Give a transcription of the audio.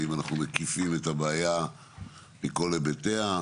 האם אנחנו מקיפים את הבעיה מכל היבטיה?